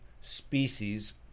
species